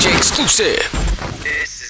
exclusive